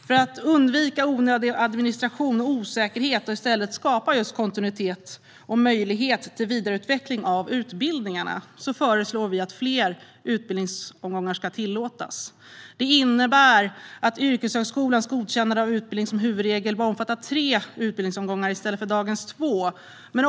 För att undvika onödig administration och osäkerhet och i stället skapa just kontinuitet och möjlighet till vidareutveckling av utbildningarna föreslår vi att fler utbildningsomgångar ska tillåtas. Detta innebär att yrkeshögskolans godkännande av en utbildning som huvudregel bör omfatta tre utbildningsomgångar i stället för dagens två.